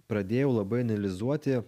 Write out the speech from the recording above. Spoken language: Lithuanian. pradėjau labai analizuoti